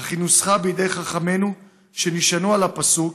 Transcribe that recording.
אך נוסחה בידי חכמינו שנשענו על הפסוק